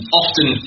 often